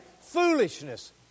foolishness